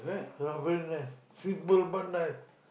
half room life simple but nice